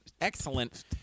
Excellent